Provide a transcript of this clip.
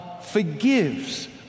forgives